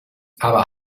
aber